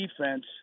defense